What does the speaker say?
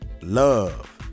love